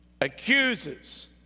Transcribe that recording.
accuses